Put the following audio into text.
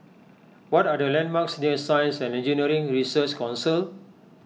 what are the landmarks near Science and Engineering Research Council